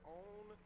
own